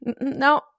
no